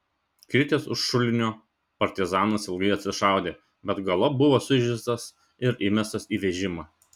kritęs už šulinio partizanas ilgai atsišaudė bet galop buvo sužeistas ir įmestas į vežimą